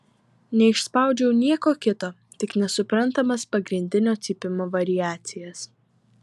neišspaudžiau nieko kito tik nesuprantamas pagrindinio cypimo variacijas